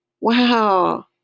Wow